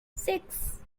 six